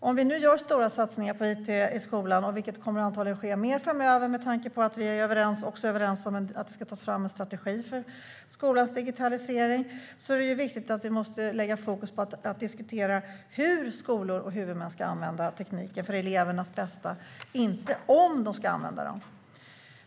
Om vi nu gör stora satsningar på it i skolan - vilket antagligen kommer att ske i större utsträckning framöver med tanke på att vi är överens om att det ska tas fram en strategi för skolans digitalisering - är det viktigt att vi lägger fokus på att diskutera hur skolor och huvudmän ska använda tekniken för elevernas bästa, inte om de ska använda den.